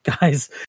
guys